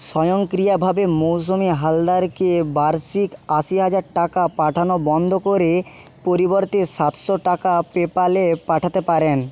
স্বয়ংক্রিয়ভাবে মৌসুমি হালদারকে বার্ষিক আশি হাজার টাকা পাঠানো বন্ধ করে পরিবর্তে সাতশো টাকা পেপ্যালে পাঠাতে পারেন